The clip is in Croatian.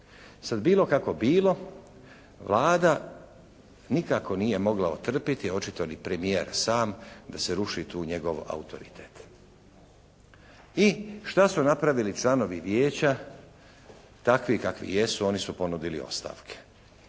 Sad bilo kako bilo, Vlada nikako nije mogla otrpjeti, očito ni premijer sam, da se ruši tu njegov autoritet. I šta su napravili članovi Vijeća, takvi kakvi jesu? Oni su ponudili ostavke.